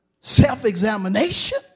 self-examination